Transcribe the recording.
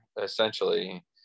essentially